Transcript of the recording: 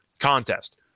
contest